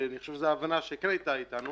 ואני חושב שזו הבנה שכן היתה בינינו